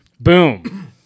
Boom